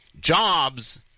jobs